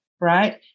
right